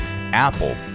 Apple